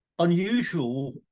unusual